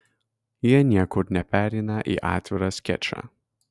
jie niekur nepereina į atvirą skečą